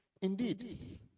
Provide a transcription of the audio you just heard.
indeed